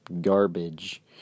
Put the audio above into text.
Garbage